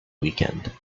weekend